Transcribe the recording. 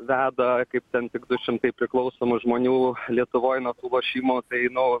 veda kaip ten tik du šimtai priklausomų žmonių lietuvoj nuo tų lošimų tai nu